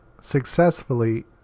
successfully